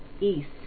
east